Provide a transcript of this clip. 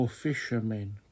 Fishermen